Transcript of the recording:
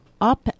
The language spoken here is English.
up